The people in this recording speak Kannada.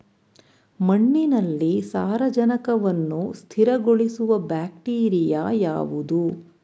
ಮಣ್ಣಿನಲ್ಲಿ ಸಾರಜನಕವನ್ನು ಸ್ಥಿರಗೊಳಿಸುವ ಬ್ಯಾಕ್ಟೀರಿಯಾ ಯಾವುದು?